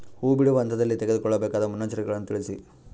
ಹೂ ಬಿಡುವ ಹಂತದಲ್ಲಿ ತೆಗೆದುಕೊಳ್ಳಬೇಕಾದ ಮುನ್ನೆಚ್ಚರಿಕೆಗಳನ್ನು ತಿಳಿಸಿ?